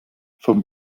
vom